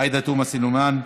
עאידה תומא סלימאן,